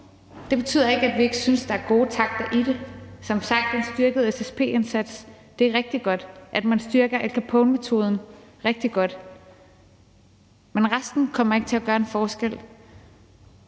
Det betyder ikke, at vi ikke synes, at der er gode takter i det. Som sagt er en styrket SSP-indsats rigtig godt, og at man styrker Al Capone-metoden, er rigtig godt, men resten kommer ikke til at gøre en forskel.